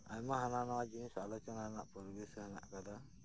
ᱟᱭᱢᱟ ᱦᱟᱱᱟ ᱱᱚᱣᱟ ᱡᱤᱱᱤᱥ ᱟᱞᱳᱪᱚᱱᱟ ᱨᱮᱱᱟᱜ ᱯᱚᱨᱤᱵᱮᱥ ᱦᱮᱱᱟᱜ ᱠᱟᱫᱟ